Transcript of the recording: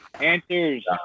Answers